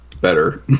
Better